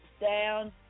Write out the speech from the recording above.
down